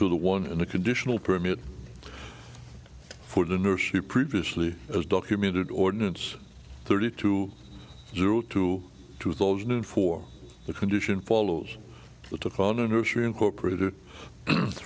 to the one in the conditional permit for the nursery previously as documented ordinance thirty two zero two two thousand and four the condition follows the to find a nursery incorporated